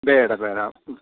ಬೇಡ ಬೇಡ